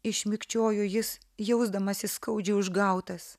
išmikčiojo jis jausdamasis skaudžiai užgautas